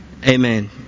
Amen